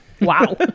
Wow